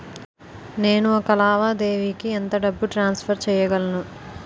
నేను ఒక లావాదేవీకి ఎంత డబ్బు ట్రాన్సఫర్ చేయగలను?